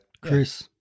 Chris